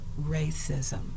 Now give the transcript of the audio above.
racism